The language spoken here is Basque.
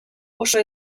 oso